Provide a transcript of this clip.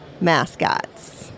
Mascots